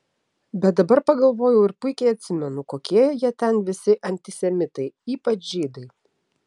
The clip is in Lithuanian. bet dabar pagalvojau ir puikiai atsimenu kokie jie ten visi antisemitai ypač žydai